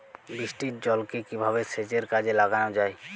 বৃষ্টির জলকে কিভাবে সেচের কাজে লাগানো যায়?